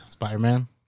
spider-man